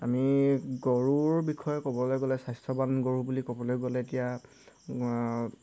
আমি গৰুৰ বিষয়ে ক'বলৈ গ'লে স্বাস্থ্যৱান গৰু বুলি ক'বলৈ গ'লে এতিয়া